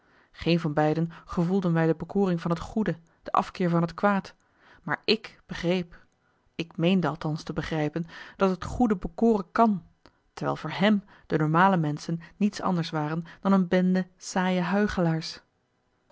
geen van beiden gevoelden wij de bekoring van het goede de afkeer van het kwaad maar ik begreep ik meende althans te begrijpen dat het goede bekoren kan terwijl voor hem de normale menschen niets anders waren dan een bende saaie huichelaars